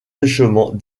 richement